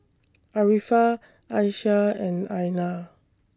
Arifa Aisyah and Aina